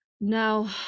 Now